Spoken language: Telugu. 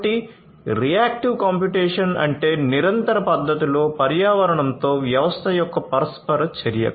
కాబట్టి రియాక్టివ్ కంప్యూటేషన్ అంటే నిరంతర పద్ధతిలో పర్యావరణంతో వ్యవస్థ యొక్క పరస్పర చర్య